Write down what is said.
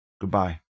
Goodbye